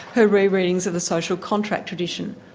her re-readings of the social contract tradition.